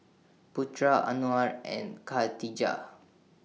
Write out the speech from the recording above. Putra Anuar and Khatijah